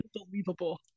unbelievable